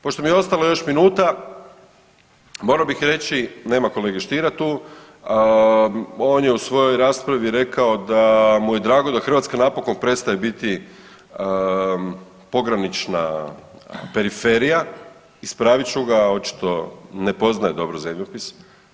Pošto mi je ostala još minuta morao bih reći, nema kolege Stiera tu, on je u svojoj raspravi rekao da mu je drago da Hrvatska napokon prestaje biti pogranična periferija, ispravit ću ga očito ne poznaje dobro zemljopis.